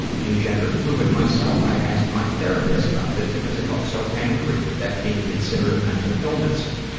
being gender-fluid myself, i asked my therapist about this because i felt so angry at that being considered a mental illness.